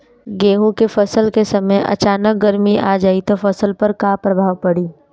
गेहुँ के फसल के समय अचानक गर्मी आ जाई त फसल पर का प्रभाव पड़ी?